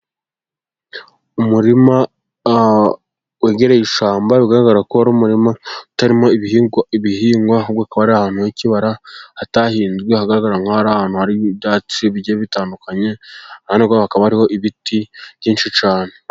Umurima wegereye ishyamba, ugaragara ko ari umurima utarimo ibihingwa ahubwo ukaba ari ahantu h'ikibara hatahinzwe hagaragara nk'ahantu hari'byatsi bitandukanye, hakaba harihoho ibiti byinshi cyane.